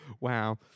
Wow